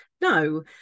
No